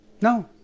No